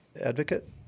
advocate